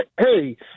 Hey